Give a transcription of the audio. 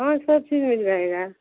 हाँ सब चीज मिल जाएगा